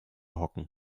hocken